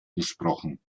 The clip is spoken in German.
gesprochen